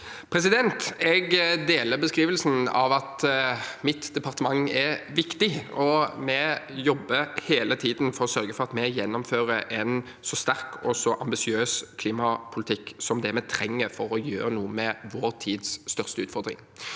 Jeg deler beskrivelsen av at mitt departement er viktig. Vi jobber hele tiden for å sørge for at vi gjennomfører en så sterk og ambisiøs klimapolitikk som det vi trenger for å gjøre noe med vår tids største utfordring.